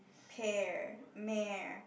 pear mare